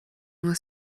nur